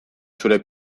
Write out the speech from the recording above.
zure